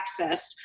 accessed